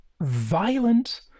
violent